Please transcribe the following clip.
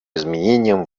изменениям